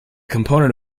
component